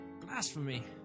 blasphemy